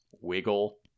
Wiggle